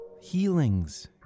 Healings